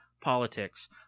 politics